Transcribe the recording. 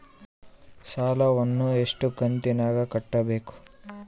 ಸಾಲವನ್ನ ಎಷ್ಟು ಕಂತಿನಾಗ ಕಟ್ಟಬೇಕು?